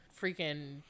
Freaking